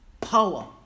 power